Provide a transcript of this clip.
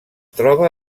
troba